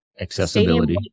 Accessibility